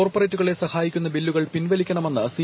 കോർപ്പറേറ്റുകളെ സഹായിക്കുന്ന ബില്ലുകൾ പിൻവലിക്കണമെന്ന് സി